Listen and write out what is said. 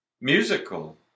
musical